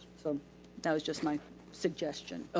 so that was just my suggestion.